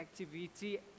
activity